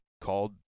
called